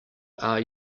are